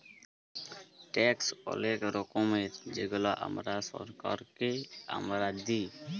tax অলেক রকমের যেগলা আমরা ছরকারকে আমরা দিঁই